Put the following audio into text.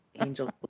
Angel